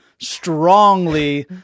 strongly